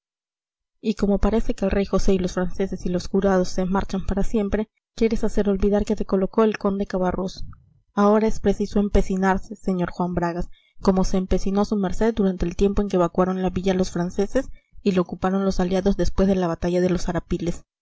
y como parece que el rey josé y los franceses y los jurados se marchan para siempre quieres hacer olvidar que te colocó el conde cabarrús ahora es preciso empecinarse señor juan bragas como se empecinó su merced durante el tiempo en que evacuaron la villa los franceses y la ocuparon los aliados después de la batalla de los arapiles